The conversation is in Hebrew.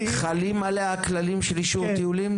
חלים עליה כללים של אישור טיולים?